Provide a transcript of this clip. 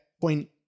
point